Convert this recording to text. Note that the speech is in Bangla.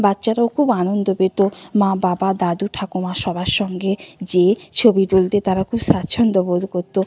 বাচ্চারাও খুব আনন্দ পেত মা বাবা দাদু ঠাকুমা সবার সঙ্গে যেয়ে ছবি তুলতে তারা খুব স্বাচ্ছন্দ্য বোধ করত